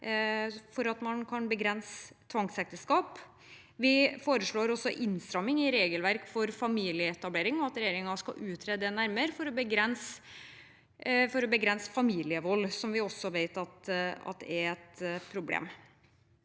for at man kan begrense tvangsekteskap. Vi foreslår også innstramminger i regelverket for familieetableringer, og at regjeringen skal utrede det nærmere for å begrense familievold, som vi vet er et problem.